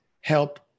help